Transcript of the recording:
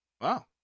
Wow